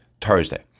Thursday